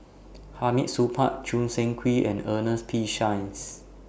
Hamid Supaat Choo Seng Quee and Ernest P Shanks